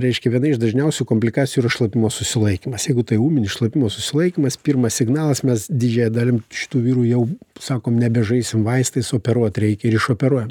reiškia viena iš dažniausių komplikacijų yra šlapimo susilaikymas jeigu tai ūminis šlapimo susilaikymas pirmas signalas mes didžiąja dalim šitų vyrų jau sakom nebežaisim vaistais operuot reikia ir išoperuojam